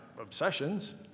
obsessions